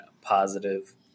positive